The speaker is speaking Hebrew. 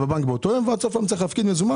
הבנק באותו יום ועד סוף היום הוא צריך להפקיד מזומן